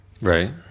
Right